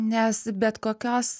nes bet kokios